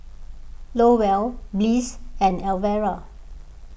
Lowell Bliss and Alvera